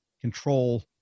control